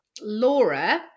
Laura